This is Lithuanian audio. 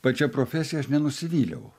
pačia profesija aš nenusivyliau